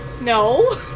No